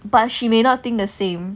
but she may not think the same